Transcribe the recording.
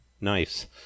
nice